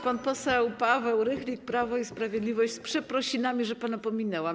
Pan poseł Paweł Rychlik, Prawo i Sprawiedliwość - z przeprosinami, że pana pominęłam.